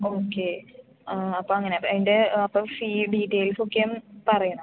okay ആ അപ്പോൾ അങ്ങനെ അപ്പോൾ അതിൻ്റെ അപ്പോൾ ഫീ ഡീറ്റെയിൽസ് ഒക്കെ ഒന്ന് പറയണം